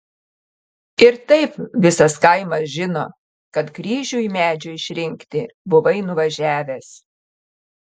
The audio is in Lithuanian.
ir taip visas kaimas žino kad kryžiui medžio išrinkti buvai nuvažiavęs